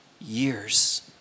years